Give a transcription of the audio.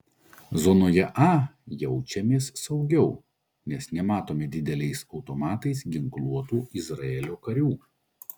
zonoje a jaučiamės saugiau nes nematome dideliais automatais ginkluotų izraelio karių